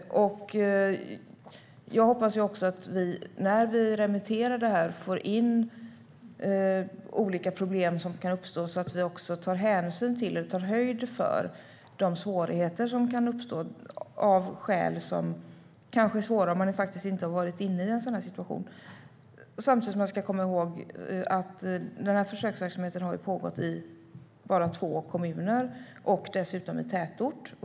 Jag hoppas att vi när vi remitterar detta får in olika problem som kan uppstå så att vi också tar hänsyn till och höjd för de svårigheter som kan uppstå av skäl som kanske är svåra att förutsäga om man inte har varit inne i en sådan här situation. Samtidigt ska man komma ihåg att försöksverksamheten har pågått i bara två kommuner, och dessutom i tätort.